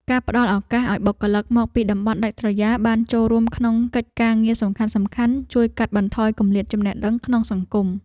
ការផ្តល់ឱកាសឱ្យបុគ្គលិកមកពីតំបន់ដាច់ស្រយាលបានចូលរួមក្នុងកិច្ចការងារសំខាន់ៗ ជួយកាត់បន្ថយគម្លាតចំណេះដឹងក្នុងសង្គម។